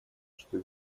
что